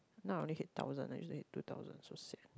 now they hit thousand actually two thousand so sian